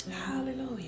Hallelujah